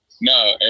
No